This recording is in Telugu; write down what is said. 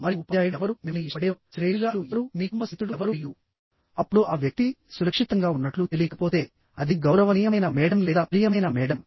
మరియు ఉపాధ్యాయుడు ఎవరు మిమ్మల్ని ఇష్టపడేవారు శ్రేయోభిలాషులు ఎవరు మీ కుటుంబ స్నేహితుడు ఎవరు మరియు అప్పుడు ఆ వ్యక్తి సురక్షితంగా ఉన్నట్లు తెలియకపోతే అది గౌరవనీయమైన మేడమ్ లేదా ప్రియమైన మేడమ్